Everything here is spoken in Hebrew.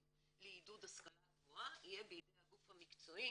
לעידוד השכלה גבוהה יהיה בידי הגוף המקצועי